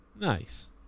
Nice